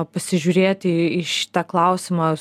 pasižiūrėti į šitą klausimą